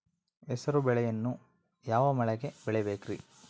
ಹೆಸರುಬೇಳೆಯನ್ನು ಯಾವ ಮಳೆಗೆ ಬೆಳಿಬೇಕ್ರಿ?